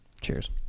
Cheers